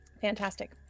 Fantastic